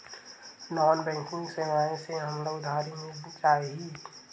Non banking सेवाएं से हमला उधारी मिल जाहि?